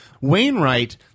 Wainwright